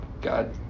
God